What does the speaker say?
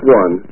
one